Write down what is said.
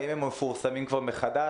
האם הם מפורסמים כבר מחדש?